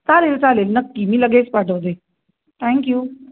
चालेल चालेल नक्की मी लगेच पाठवते थँक्यू